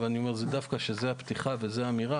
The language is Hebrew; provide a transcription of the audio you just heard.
אבל דווקא שזו האמירה